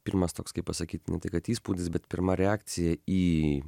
pirmas toks kaip pasakyti ne tik kad įspūdis bet pirma reakcija į